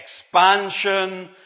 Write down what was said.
expansion